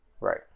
right